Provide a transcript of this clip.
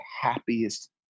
happiest